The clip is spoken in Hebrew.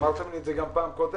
אמרתם לי את זה גם בפעם הקודמת,